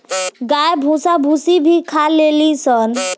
गाय भूसा भूसी भी खा लेली सन